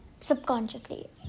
subconsciously